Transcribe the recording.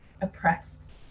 oppressed